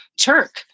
Turk